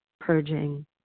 purging